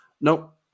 Nope